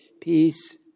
Peace